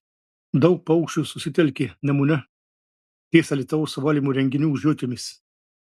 daug paukščių susitelkė nemune ties alytaus valymo įrenginių žiotimis